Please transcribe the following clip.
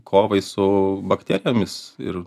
kovai su bakterijomis ir